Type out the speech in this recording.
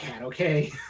okay